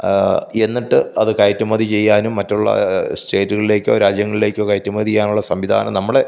എന്നിട്ട് അത് കയറ്റുമതി ചെയ്യാനും മറ്റുള്ള സ്റ്റേറ്റുകളിലേക്കോ രാജ്യങ്ങളിലേക്കോ കയറ്റുമതി ചെയ്യാനുള്ള സംവിധാനം നമ്മുടെ